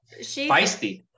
Feisty